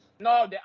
No